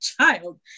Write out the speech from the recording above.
child